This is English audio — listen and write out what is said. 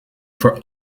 for